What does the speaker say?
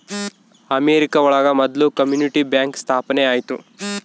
America ಒಳಗ ಮೊದ್ಲು community bank ಸ್ಥಾಪನೆ ಆಯ್ತು